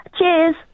Cheers